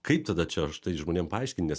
kaip tada čia štai žmonėm paaiškint nes